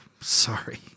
sorry